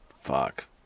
fuck